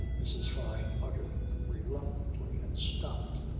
mrs. fyne uttered reluctantly and stopped.